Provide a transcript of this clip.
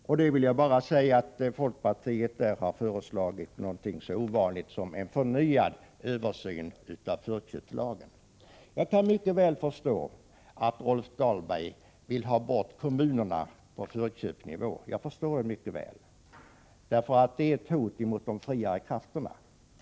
Jag vill bara säga att folkpartiet där föreslagit något så ovanligt som en förnyad översyn av förköpslagen. Jag kan mycket väl förstå att Rolf Dahlberg vill ta bort kommunerna från förköpsnivån. De är ju ett hot mot de fria krafterna.